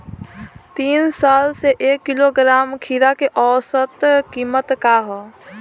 तीन साल से एक किलोग्राम खीरा के औसत किमत का ह?